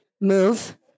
move